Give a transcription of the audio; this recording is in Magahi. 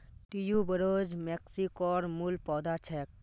ट्यूबरोज मेक्सिकोर मूल पौधा छेक